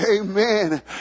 Amen